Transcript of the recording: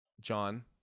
John